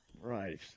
Right